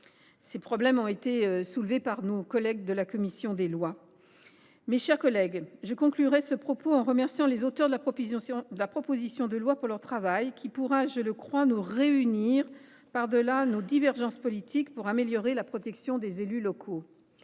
sujet soulevé par la commission des lois. Mes chers collègues, je conclurai ce propos en remerciant les auteurs de la proposition de loi pour leur travail, qui pourra, je le crois, nous réunir par delà nos divergences politiques pour améliorer la protection des élus locaux.